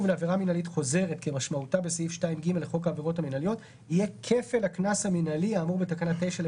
לעבירה מינהלית כאמור בתקנה 8 יהיה קנס מינהלי קצוב,